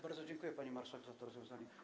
Bardzo dziękuję, pani marszałek, za to rozwiązanie.